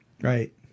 Right